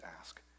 ask